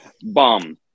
bomb